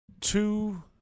two